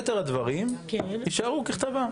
יתר הדברים יישארו ככתבם.